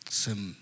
sim